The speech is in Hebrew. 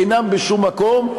אינם בשום מקום,